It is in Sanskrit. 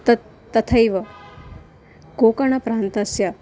तत् तथैव कोकणप्रान्तस्य